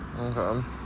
okay